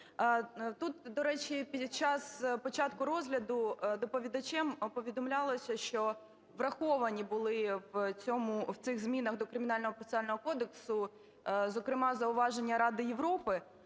Тут, до речі, під час початку розгляду доповідачем повідомлялося, що враховані були в цьому... в цих змінах до Кримінально-процесуального кодексу, зокрема, зауваження Ради Європи.